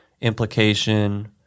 implication